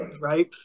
Right